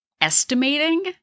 estimating